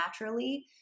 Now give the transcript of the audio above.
naturally